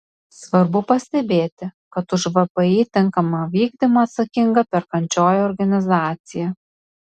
svarbu pastebėti kad už vpį tinkamą vykdymą atsakinga perkančioji organizacija